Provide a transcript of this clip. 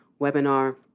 webinar